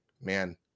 man